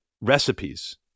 recipes